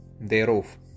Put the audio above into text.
thereof